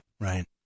Right